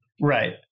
Right